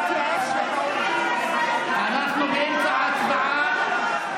אנחנו באמצע הצבעה.